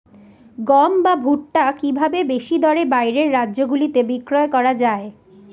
গম বা ভুট্ট কি ভাবে বেশি দরে বাইরের রাজ্যগুলিতে বিক্রয় করা য়ায়?